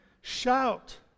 Shout